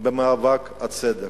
במאבקם הצודק.